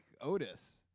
Otis